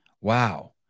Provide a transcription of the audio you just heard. wow